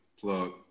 plug